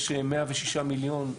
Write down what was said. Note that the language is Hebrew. יש 106 מיליון,